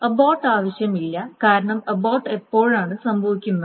abort ആവശ്യമില്ല കാരണം abort എപ്പോഴാണ് സംഭവിക്കുന്നത്